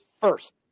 first